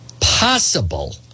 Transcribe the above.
possible